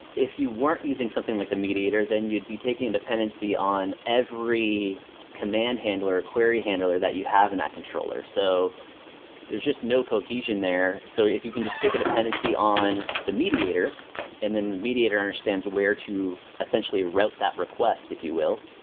if you weren't using something like the mediator, then you'd be taking dependency on every command handler, query handler, that you have in that controller. so there's just no cohesion there. so if you can just take a dependency on the mediator and then the mediator understands where to essentially route that request, if you will,